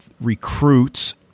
recruits